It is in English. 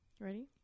ready